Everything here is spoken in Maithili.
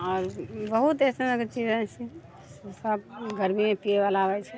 आओर बहुत ऐसन ऐसन चीज रहैत छै गर्मीमे पियैवला होइत छै